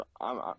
I'm-